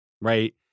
right